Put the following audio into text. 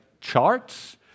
charts